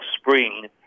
spring